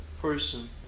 person